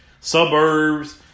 suburbs